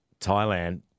Thailand